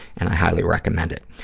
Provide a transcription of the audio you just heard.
and i highly recommend it.